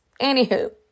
Anywho